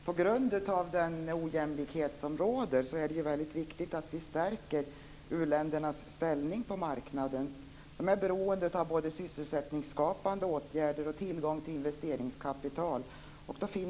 Herr talman! På grund av den ojämlikhet som råder är det väldigt viktigt att vi stärker u-ländernas ställning på marknaden. De är beroende av både sysselsättningsskapande åtgärder och tillgång till investeringskapital.